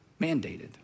mandated